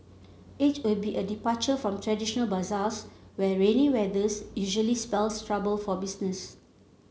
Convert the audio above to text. it will be a departure from traditional bazaars where rainy weathers usually spells trouble for business